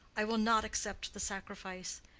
i will not accept the sacrifice.